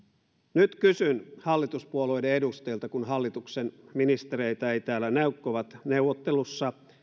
nyt kysyn hallituspuolueiden edustajilta kun hallituksen ministereitä ei täällä näy kun ovat neuvottelussa